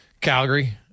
Calgary